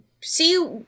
See